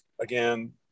again